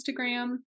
Instagram